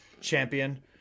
champion